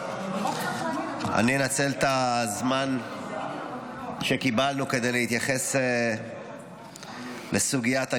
אני אנצל את הזמן שקיבלנו כדי להתייחס לסוגיית הגיוס,